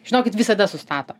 žinokit visada sustato